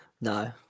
No